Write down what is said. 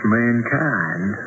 mankind